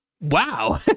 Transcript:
wow